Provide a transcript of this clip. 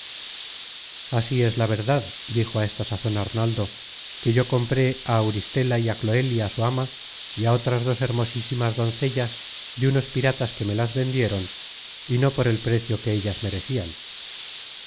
así es la verdad dijo á esta sazon arnaldo que yo compré á auristela y á cloelia su ama y á otras dos her content from google book search generated at mosísimas doncellas de unos piratas que me las vendieron y no por el precio que ellas merecian